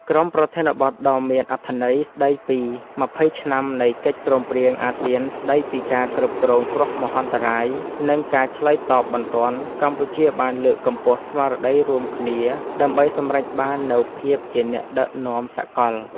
ក្រោមប្រធានបទដ៏មានអត្ថន័យស្តីពី ២០ ឆ្នាំនៃកិច្ចព្រមព្រៀងអាស៊ានស្តីពីការគ្រប់គ្រងគ្រោះមហន្តរាយ និងការឆ្លើយតបបន្ទាន់ កម្ពុជាបានលើកកម្ពស់ស្មារតីរួមគ្នាដើម្បីសម្រេចបាននូវភាពជាអ្នកដឹកនាំសកល។